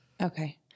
Okay